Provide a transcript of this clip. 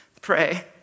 pray